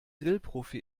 grillprofi